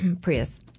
Prius